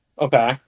Okay